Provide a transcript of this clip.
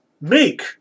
make